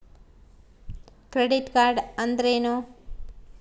Credit card ಅಂದ್ರೇನು?